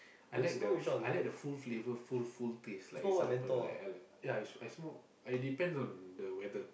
I like the I like the full flavour full full taste like example like I like yea I smoke I depends on the weather